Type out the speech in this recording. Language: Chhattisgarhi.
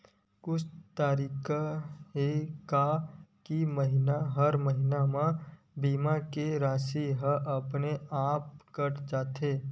कुछु तरीका हे का कि हर महीना बीमा के राशि हा अपन आप कत जाय?